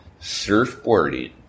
surfboarding